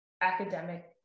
academic